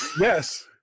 yes